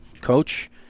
coach